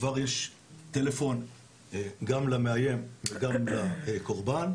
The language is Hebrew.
כבר יש טלפון גם למאיים וגם לקורבן,